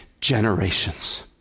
generations